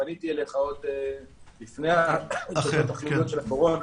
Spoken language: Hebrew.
פניתי אליך עוד לפני התוכניות של הקורונה